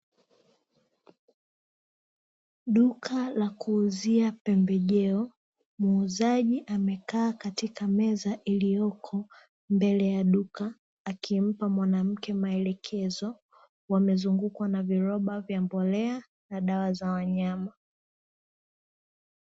Duka la kuuzia pembejeo, muuzaji amekaa katika meza iliyoko mbele ya duka akimpa mwanamke maelekezo, wamezungukwa na viroba vya mbolea na dawa za wanyama.